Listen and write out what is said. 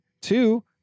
Two